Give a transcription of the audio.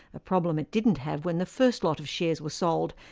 a problem it didn't have when the first lot of shares were sold,